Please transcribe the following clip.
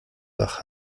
wach